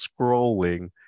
scrolling